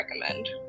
recommend